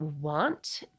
want